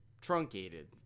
truncated